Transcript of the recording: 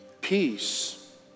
peace